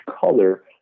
color